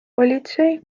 politsei